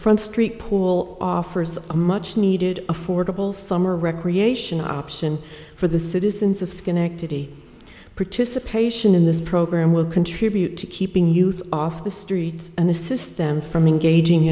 front street pool offers a much needed affordable summer recreation option for the citizens of schenectady participation in this program will contribute to keeping youth off the streets and the system from engaging